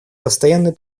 постоянный